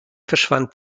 verschwand